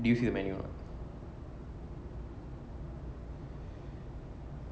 did you see the menu